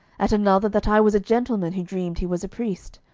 at another that i was a gentleman who dreamed he was a priest.